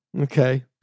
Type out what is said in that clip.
Okay